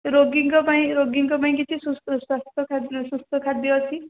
ରୋଗୀଙ୍କ ପାଇଁ ରୋଗୀଙ୍କ ପାଇଁ କିଛି ସୁସ୍ଥ ସୁସ୍ଥ ଖାଦ୍ୟ ଅଛି